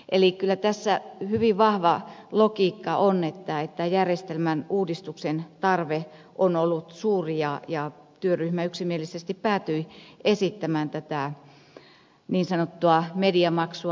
eli kyllä tässä hyvin vahva logiikka on että järjestelmän uudistuksen tarve on ollut suuri ja työryhmä yksimielisesti päätyi esittämään tätä niin sanottua mediamaksua